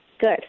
good